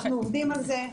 אנחנו עובדים על זה.